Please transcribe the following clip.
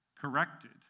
corrected